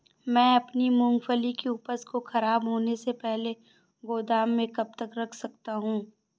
मैं अपनी मूँगफली की उपज को ख़राब होने से पहले गोदाम में कब तक रख सकता हूँ?